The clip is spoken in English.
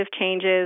changes